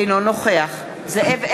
אינו נוכח זאב אלקין,